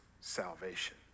salvation